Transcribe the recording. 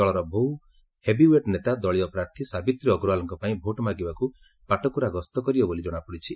ଦଳର ବହୁ ହେଭିଓ୍ୱେଟ୍ ନେତା ଦଳୀୟ ପ୍ରାର୍ଥୀ ସାବିତ୍ରୀ ଅଗ୍ରଓ୍ୱାଲଙ୍କ ପାଇଁ ଭୋଟ୍ ମାଗିବାକୁ ପାଟକୁରା ଗସ୍ତ କରିବେ ବୋଲି ଜଣାପଡିଛି